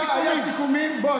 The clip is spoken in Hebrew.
היו סיכומים, בועז.